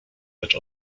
lecz